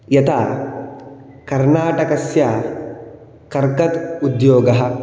यथा कर्णाटकस्य कर्गद उद्योगः